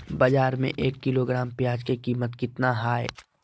बाजार में एक किलोग्राम प्याज के कीमत कितना हाय?